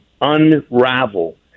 unravel